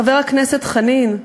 חבר הכנסת חנין,